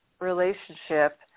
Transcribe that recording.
relationship